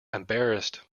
embarrassed